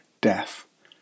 death